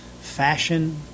fashion